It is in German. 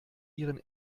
ihren